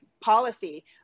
policy